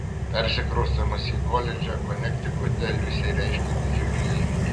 persikraustymas į koledžą konektikute liusei reiškė didžiulį įvykį